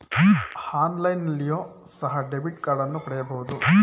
ಆನ್ಲೈನ್ನಲ್ಲಿಯೋ ಸಹ ಡೆಬಿಟ್ ಕಾರ್ಡನ್ನು ಪಡೆಯಬಹುದು